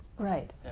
right.